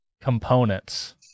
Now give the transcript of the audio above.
components